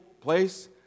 place